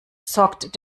sorgt